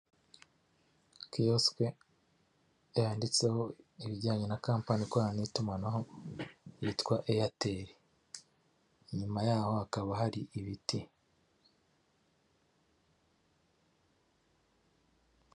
Kiyosike yanditseho ibijyanye na kampani ikorana n'itumanaho yitwa Eyateri inyuma yaho hakaba hari ibiti.